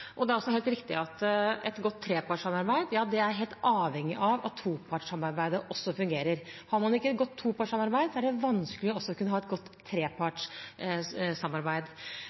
men det er også krevende. Tillit fordrer enormt ansvar for dem som blir vist det. Det er helt riktig at et godt trepartssamarbeid er helt avhengig av at topartssamarbeidet fungerer. Har man ikke et godt topartssamarbeid, er det vanskelig å kunne ha et godt trepartssamarbeid.